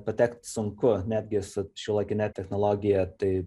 patekt sunku netgi su šiuolaikine technologija tai